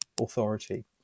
authority